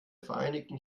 vereinigten